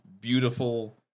beautiful